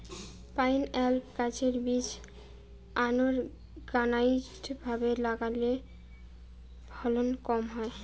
pineapple গাছের বীজ unorganized ভাবে লাগালে ফলন কম হয়